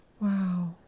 wow